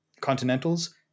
Continentals